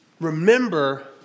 Remember